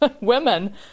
women